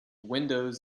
windows